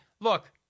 look